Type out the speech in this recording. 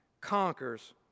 conquers